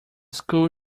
school